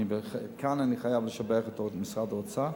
וכאן אני חייב לשבח את משרד האוצר,